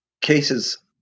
cases